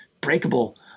breakable